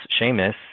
Seamus